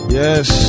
yes